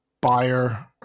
buyer